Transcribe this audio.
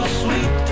sweet